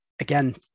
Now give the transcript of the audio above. again